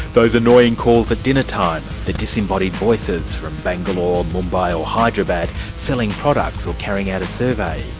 those annoying calls at dinnertime, the disembodied voices from bangalore, mumbai or hyderabad, selling products or carrying out a survey.